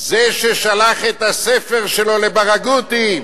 זה ששלח את הספר שלו לברגותי.